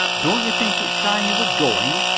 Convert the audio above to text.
don't you think it is time you were going?